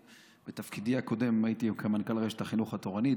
בתפקידי הקודם הייתי מנכ"ל רשת החינוך התורני,